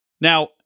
Now